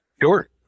Sure